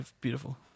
beautiful